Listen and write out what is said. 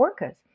orcas